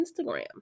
Instagram